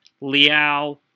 Liao